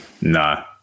No